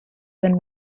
then